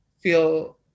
feel